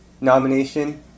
nomination